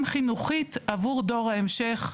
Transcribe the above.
גם חינוכית, עבור דור ההמשך,